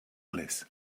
bliss